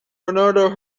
bernardo